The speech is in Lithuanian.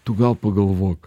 tu gal pagalvok